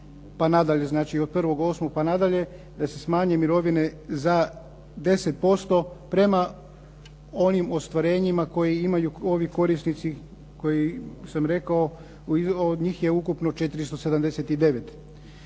pa nadalje. Znači od 1.8. pa nadalje da se smanje mirovine za 10% prema onim ostvarenjima koje imaju ovi korisnici koji sam rekao. Njih je ukupno 479.